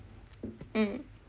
mm